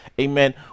Amen